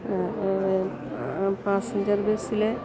passenger ബസ്സിൽ